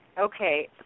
Okay